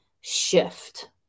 shift